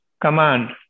command